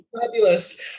Fabulous